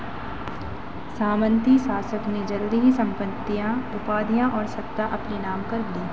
सामंती शासक ने जल्दी ही संपत्तियाँ उपाधियाँ और सत्ता अपने नाम कर ली